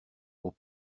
aux